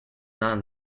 not